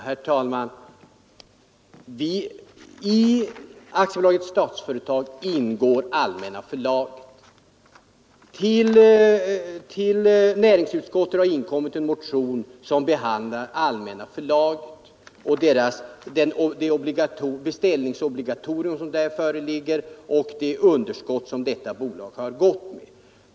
Herr talman! I Statsföretag AB ingår Allmänna förlaget. Till näringsutskottet har inkommit en motion som behandlar Allmänna förlaget, det beställningsobligatorium som föreligger och det underskott som detta bolag har gått med.